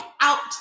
out